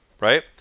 right